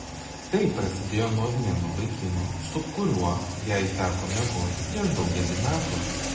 tai prasidėjo nuo vieno vaikino su kuriuo jai teko miegoti prieš daugelį metų